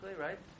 right